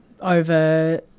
Over